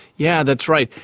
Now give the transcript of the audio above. yeah that's right.